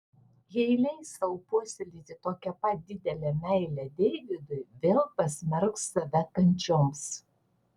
jei leis sau puoselėti tokią pat didelę meilę deividui vėl pasmerks save kančioms